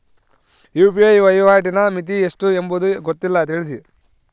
UPI ವಹಿವಾಟಿನ ಮಿತಿ ಎಷ್ಟು ಎಂಬುದು ಗೊತ್ತಿಲ್ಲ? ತಿಳಿಸಿ?